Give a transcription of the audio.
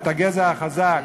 את הגזע החזק.